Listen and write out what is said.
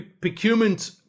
Procurement